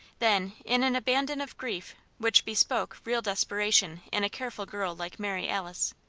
then, in an abandon of grief which bespoke real desperation in a careful girl like mary alice,